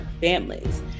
families